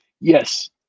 Yes